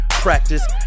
practice